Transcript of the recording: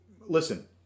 listen